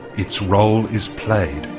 its role is played,